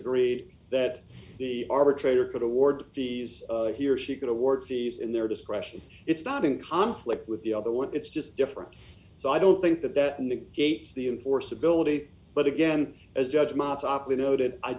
agreed that the arbitrator could award fees he or she could award fees in their discretion it's not in conflict with the other one it's just different so i don't think that that negates the enforceability but again as a judge montopoli noted i